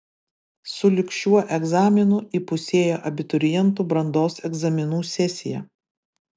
su lig šiuo egzaminu įpusėjo abiturientų brandos egzaminų sesija